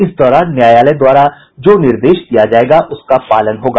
इस दौरान न्यायालय द्वारा जो निर्देश दिया जायेगा उसका पालन होगा